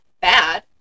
bad